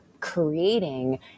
creating